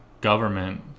government